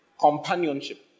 Companionship